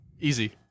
Easy